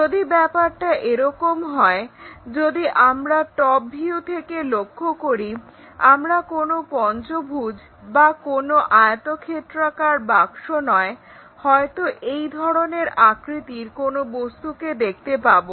যদি ব্যাপারটা এরকম হয় যদি আমরা টপ ভিউ থেকে লক্ষ্য করি আমরা কোনো পঞ্চভুজ বা কোনো আয়তক্ষেত্রাকার বাক্স নয় হয়তো এই ধরনের আকৃতির কোনো বস্তুকে দেখতে পাবো